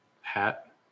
Hat